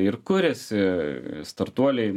ir kuriasi startuoliai